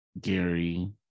Gary